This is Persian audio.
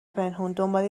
پنهونه، دنبال